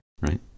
right